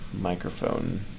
microphone